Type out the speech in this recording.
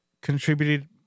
contributed